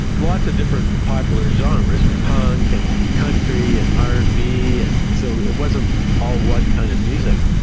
lots of different popular genres punk and country and r and b, and so it wasn't all one kind of music,